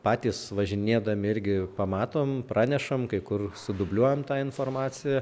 patys važinėdami irgi pamatom pranešam kai kur sudubliuojam tą informaciją